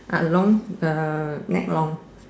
ah long uh neck long